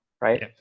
right